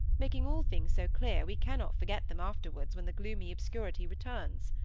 making all things so clear we cannot forget them afterwards when the gloomy obscurity returns.